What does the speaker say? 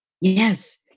Yes